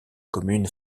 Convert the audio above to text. commune